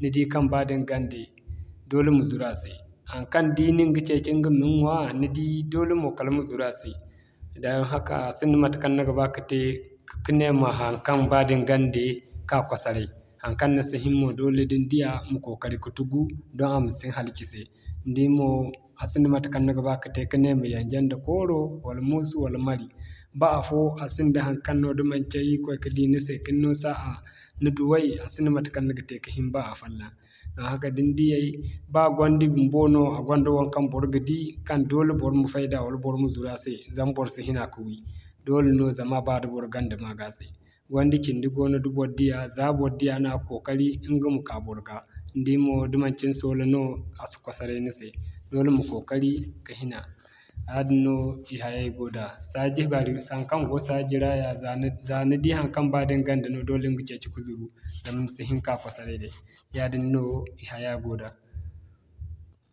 ni di kaŋ ba da ni gande doole ma zuru a se. Haŋkaŋ di nin ga ceeci ɲga min ɲwa, ni dii doole mo kala ma zuru a se. Don haka a sinda matekaŋ ni ga ba ka te, ka ne ma haŋkaŋ ba da ni gande, ka kwasaray. Haŋkaŋ ni si hin mo doole da ni diya, ma kookari ka tugu, don a ma si ni halci se ni di ni mo, a si nda matekaŋ ni ga ba kate ka ne ma yanje nda Kooro, wala muusu wala mari. Ba afoo, a sinda haŋkaŋ no da manci Irikoy ka di ni se ka ni no saaya, ni duway, a sinda matekaŋ ni ga te ka hin ba afallaŋ. Don haka da ni diyay, ba gwandi bumbo no a gonda waŋkaŋ bor ga di kaŋ doole bor ma fayda wala bor ma zuru a se zama bor si hina ka wi doole no zama a ba da bor gande maaga se. Gwandi cindi goono da bor diya, zaa bor diya no a ga kookari ɲga ma ka bor ga. Ni di mo, da manci ni soola no, a si kwasaray ni se doole ma kookari ka hina yaadin no i hayay goo da saaji garumse haŋkaŋ go saaji ra ya zaa ni di haŋkaŋ ba da ni gande no doole ni ga ceeci ka zuru don ni si hin ka kwasaray day, yaadin no ihaya goo da.